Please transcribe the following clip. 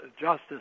justice